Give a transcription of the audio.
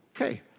Okay